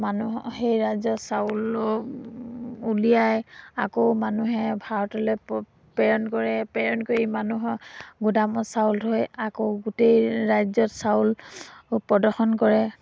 মানুহ সেই ৰাজ্যত চাউল উলিয়াই আকৌ মানুহে ভাৰতলৈ প প্ৰেৰণ কৰে প্ৰেৰণ কৰি মানুহৰ গুদামত চাউল থৈ আকৌ গোটেই ৰাজ্যত চাউল প্ৰদৰ্শন কৰে